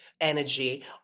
energy